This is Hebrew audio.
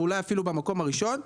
ואולי אפילו במקום הראשון.